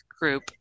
group